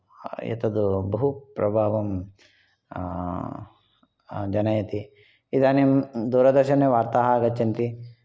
एतद् बहु प्रभावं जनयति इदानीं दूरदर्शने वार्ताः आगच्छन्ति